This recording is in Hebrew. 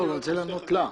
לא, אבל אני רוצה לענות לה.